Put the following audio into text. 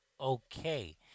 okay